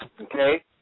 Okay